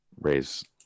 raise